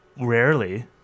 rarely